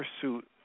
pursuit